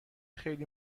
خیلی